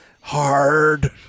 hard